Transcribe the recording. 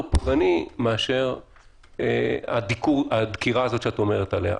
יותר פוגעני מהדקירה שאת אומרת עליה.